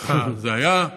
ככה זה היה.